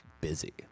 busy